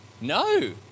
No